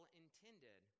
intended